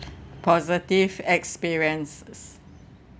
positive experiences